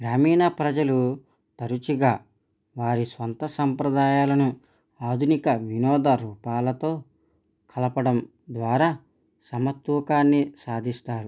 గ్రామీణ ప్రజలు తరచుగా వారి సొంత సాంప్రదాయాలను ఆధునిక వినోద రూపాలతో కలపడం ద్వారా సమతూకాన్ని సాధిస్తారు